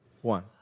One